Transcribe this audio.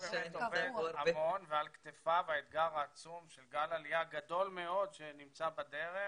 על כתפיו האתגר העצום של גל עלייה גדול מאוד שנמצא בדרך